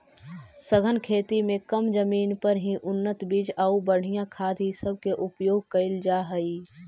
सघन खेती में कम जमीन पर ही उन्नत बीज आउ बढ़ियाँ खाद ई सब के उपयोग कयल जा हई